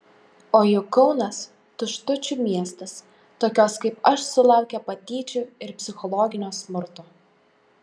o juk kaunas tuštučių miestas tokios kaip aš sulaukia patyčių ir psichologinio smurto